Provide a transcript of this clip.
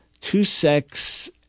two-sex